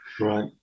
Right